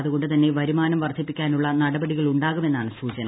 അതുകൊണ്ട് തന്നെ വരുമാനം വർദ്ധിപ്പിക്കാനുള്ള നടപടികളുണ്ടാകുമെന്നാണ് സൂചന